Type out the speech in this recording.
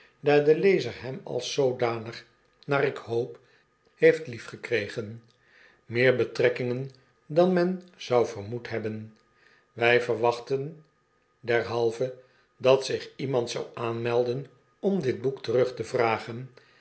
daar de lezer hem als zoodanig naar ik hoop heeft lief gekregen meer betrekkingen dan men zou vermoed hebben wy verwachten derhalve dat zich iemand zou aanmelden om dit boek terug te vragen